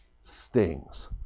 stings